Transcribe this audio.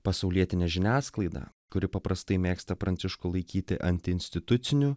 pasaulietinė žiniasklaida kuri paprastai mėgsta pranciškų laikyti antiinstituciniu